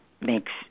makes